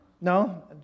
No